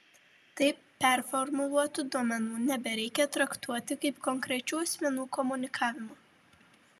taip performuluotų duomenų nebereikia traktuoti kaip konkrečių asmenų komunikavimo